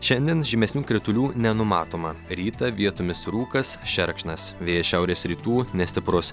šiandien žymesnių kritulių nenumatoma rytą vietomis rūkas šerkšnas vėjas šiaurės rytų nestiprus